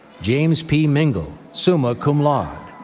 james p. mingle, summa cum laude